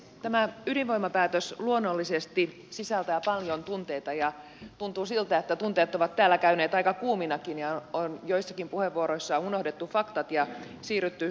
tämä ydinvoimapäätös luonnollisesti sisältää paljon tunteita ja tuntuu siltä että tunteet ovat täällä käyneet aika kuuminakin ja joissakin puheenvuoroissa on unohdettu faktat ja siirrytty spekulaatioon